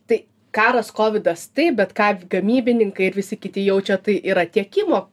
tai karas kovidas taip bet ką gamybininkai ir visi kiti jaučia tai yra tiekimo